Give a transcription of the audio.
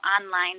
online